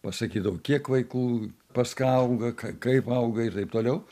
pasakydavo kiek vaikų pas ką auga k kaip auga ir taip toliau